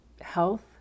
health